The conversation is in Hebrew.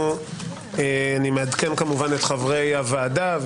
אני מעדכן כמובן את חברי הוועדה,